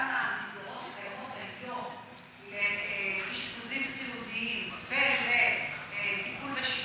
גם המסגרות שקיימות היום לאשפוזים סיעודיים ולטיפול ושיקום,